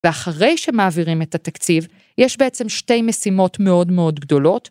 ואחרי שמעבירים את התקציב, יש בעצם שתי משימות מאוד מאוד גדולות.